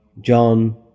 John